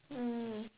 mm